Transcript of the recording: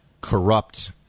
corrupt